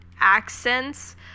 accents